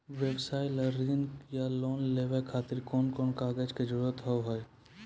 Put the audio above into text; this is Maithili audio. व्यवसाय ला ऋण या लोन लेवे खातिर कौन कौन कागज के जरूरत हाव हाय?